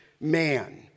man